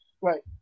right